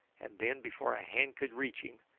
and then, before a hand could reach him,